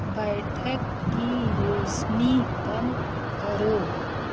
बैठक की रौशनी कम करो